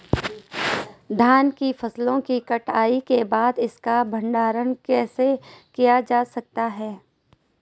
धान की फसल की कटाई के बाद इसका भंडारण कैसे किया जा सकता है?